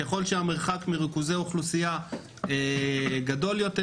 ככל שהמרחק מריכוזי אוכלוסייה גדול יותר,